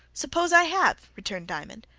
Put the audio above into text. suppose i have, returned diamond,